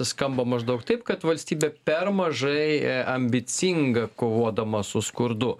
skamba maždaug taip kad valstybė per mažai ambicinga kovodama su skurdu